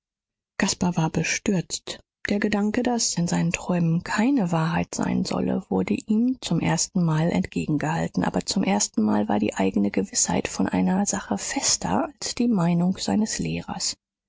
caspar war bestürzt der gedanke daß in seinen träumen keine wahrheit sein solle wurde ihm zum erstenmal entgegengehalten aber zum erstenmal war die eigne gewißheit von einer sache fester als die meinung seines lehrers